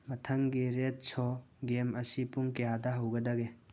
ꯃꯊꯪꯒꯤ ꯔꯦꯠ ꯁꯣ ꯒꯦꯝ ꯑꯁꯤ ꯄꯨꯡ ꯀꯌꯥꯗ ꯍꯧꯒꯗꯒꯦ